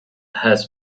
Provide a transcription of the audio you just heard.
has